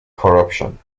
corruption